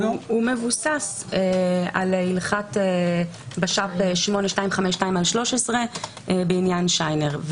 הוא מבוסס על הלכת בש"פ 8252/13 בעניין שיינר.